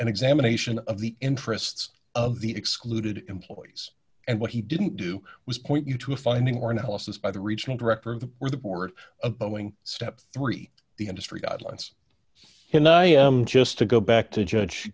an examination of the interests of the excluded employees and what he didn't do was point you to a finding or analysis by the regional director of the or the board a boeing step three the industry guidelines and i am just to go back to judge